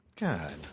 God